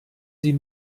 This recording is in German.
sie